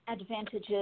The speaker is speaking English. advantages